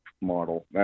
model